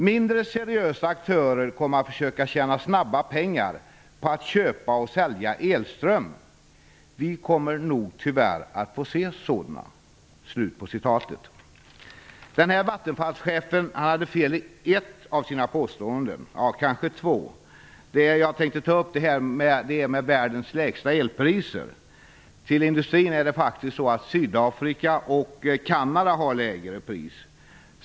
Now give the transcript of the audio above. "Mindre seriösa aktörer --- kommer att försöka tjäna snabba pengar på att köpa och sälja elström. - Vi kommer nog tyvärr att få se sådana ---." Vattenfallschefen hade fel i ett, eller kanske två, av sina påståenden. Jag tänkte ta upp det här med världens lägsta elpriser. Till industrin har faktiskt Sydafrika och Kanada lägre pris.